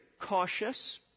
cautious